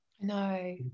No